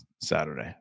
Saturday